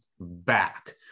back